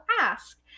ask